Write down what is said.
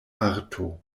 arto